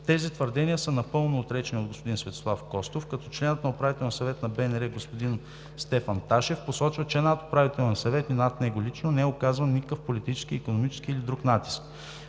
Тези твърдения са напълно отречени от господин Светослав Костов, като членът на Управителния съвет на БНР господин Стефан Ташев посочва, че над Управителния съвет и над него лично не е оказван никакъв политически, икономически или друг натиск.